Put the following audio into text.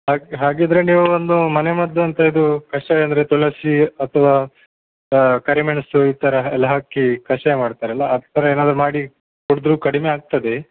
ಹಾಗಿದ್ದರೆ ನೀವು ಒಂದು ಮನೆಮದ್ದು ಅಂತ ಇದು ಕಷಾಯ ಅಂದರೆ ತುಳಸಿ ಅಥವಾ ಕರಿಮೆಣಸು ಈ ಥರ ಎಲ್ಲ ಹಾಕಿ ಕಷಾಯ ಮಾಡ್ತಾರಲ್ಲ ಆ ಥರ ಏನಾದ್ರೂ ಮಾಡಿ ಕುಡಿದ್ರೂ ಕಡಿಮೆ ಆಗ್ತದೆ